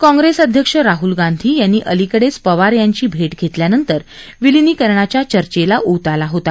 काँप्रेस अध्यक्ष राहुल गांधी यांनी अलिकडेच पवार यांची भेट घेतल्यानंतर विलीनीकरण्याच्या चर्चेला ऊत आला होता